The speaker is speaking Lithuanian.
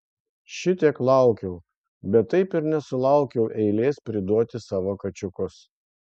šitiek laukiau bet taip ir nesulaukiau eilės priduoti savo kačiukus